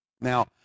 Now